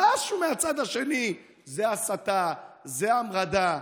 משהו מהצד השני, זה הסתה, זה המרדה.